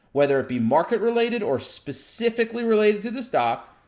whether it be market related, or specifically related to the stock,